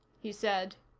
he said.